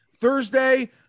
thursday